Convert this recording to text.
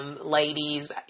Ladies